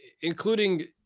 including